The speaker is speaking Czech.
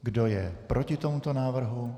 Kdo je proti tomuto návrhu?